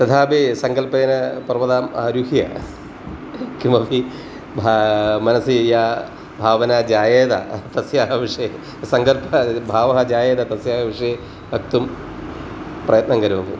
तथापि सङ्कल्पेन पर्वतान् आरुह्य किमपि भा मनसि या भावना जायेत तस्याः विषये सङ्कल्पभावः जायेत तस्याः विषये वक्तुं प्रयत्नं करोमि